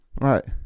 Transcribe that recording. Right